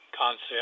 concept